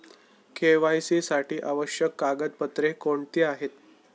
KYC साठी आवश्यक कागदपत्रे कोणती आहेत?